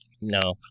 no